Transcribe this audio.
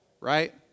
right